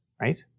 right